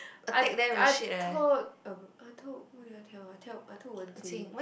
I I told uh I told who did I tell ah I tell I told Wen-Ting